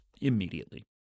immediately